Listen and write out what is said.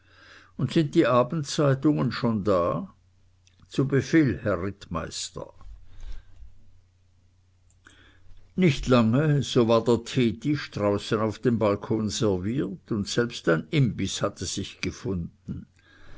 und sind die abendzeitungen schon da zu befehl herr rittmeister nicht lange so war der teetisch draußen auf dem balkon serviert und selbst ein imbiß hatte sich gefunden